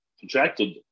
contracted